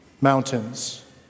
mountains